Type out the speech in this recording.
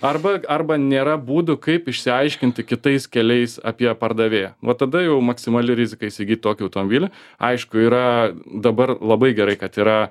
arba arba nėra būdų kaip išsiaiškinti kitais keliais apie pardavėją vat tada jau maksimali rizika įsigyt tokį automobilį aišku yra dabar labai gerai kad yra